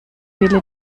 wille